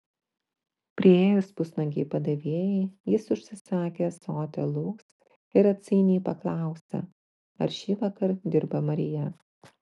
priėjus pusnuogei padavėjai jis užsisakė ąsotį alaus ir atsainiai paklausė ar šįvakar dirba marija